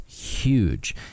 Huge